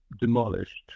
demolished